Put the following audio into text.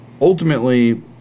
ultimately